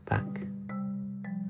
back